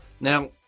Now